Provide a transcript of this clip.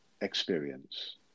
experience